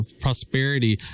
Prosperity